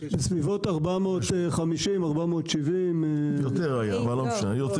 בסביבות 470-450. היה יותר.